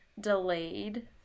delayed